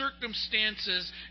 circumstances